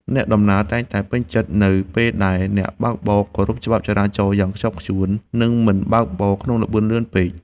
អ្នកដំណើរតែងតែពេញចិត្តនៅពេលដែលអ្នកបើកបរគោរពច្បាប់ចរាចរណ៍យ៉ាងខ្ជាប់ខ្ជួន និងមិនបើកបរក្នុងល្បឿនលឿនពេក។